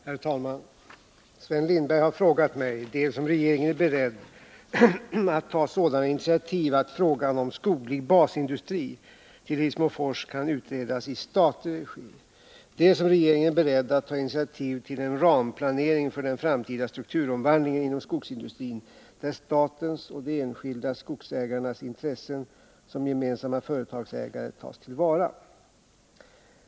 Herr talman! Sven Lindberg har frågat mig dels om regeringen är beredd att ta sådana initiativ att frågan om skoglig basindustri till Hissmofors kan utredas i statlig regi, dels om regeringen är beredd att ta initiativ till en ramplanering för den framtida strukturomvandlingen inom skogsindustrin där statens och de enskilda skogsägarnas intressen, som gemensamma företagsägare, tas till vara.